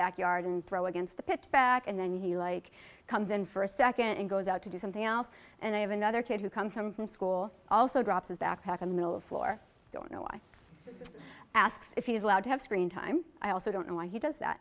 back yard and throw against the pick back and then he like comes in for a second and goes out to do something else and i have another kid who comes home from school also drops his backpack in the middle floor i don't know why asks if he's allowed to have screen time i also don't know why he does that